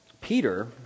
Peter